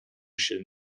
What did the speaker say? się